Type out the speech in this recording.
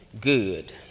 good